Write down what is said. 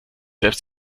selbst